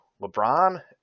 LeBron